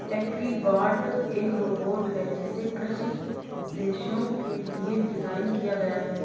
agribot एक robot है जिसे कृषि उद्देश्यों के लिए डिज़ाइन किया गया है